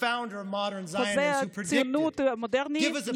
מייסד הציונות המודרנית,